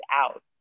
out